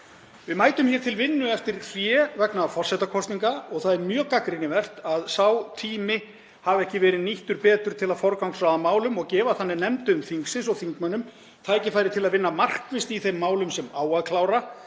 Við mætum hér til vinnu eftir hlé vegna forsetakosninga og það er mjög gagnrýnivert að sá tími hafi ekki verið nýttur betur til að forgangsraða málum og gefa þannig nefndum þingsins og þingmönnum tækifæri til að vinna markvisst í þeim málum sem á að klára